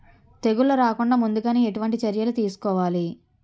తెగుళ్ల రాకుండ ముందుగానే ఎటువంటి చర్యలు తీసుకోవాలి?